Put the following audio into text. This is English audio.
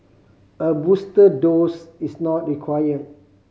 a booster dose is not required